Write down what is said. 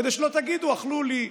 כדי שלא תגידו: אכלו לי,